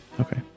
Okay